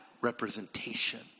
representation